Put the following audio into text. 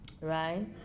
right